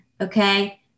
okay